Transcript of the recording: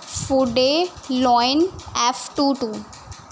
ਫੂਡੇ ਲੋਇਨ F two to